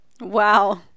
Wow